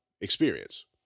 experience